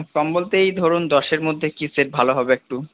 কম বলতে এই ধরুন দশের মধ্যে কী সেট ভালো হবে একটু